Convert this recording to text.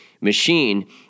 machine